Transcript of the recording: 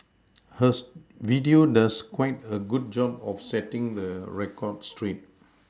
hers video does quite a good job of setting the record straight